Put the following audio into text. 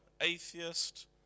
atheist